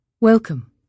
welcome